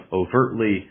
overtly